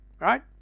right